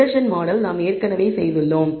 regression model நாம் ஏற்கனவே செய்துள்ளோம்